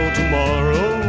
tomorrow